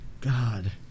God